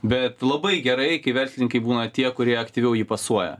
bet labai gerai kai verslininkai būna tie kurie aktyviau jį pasuoja